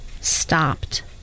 stopped